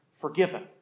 forgiven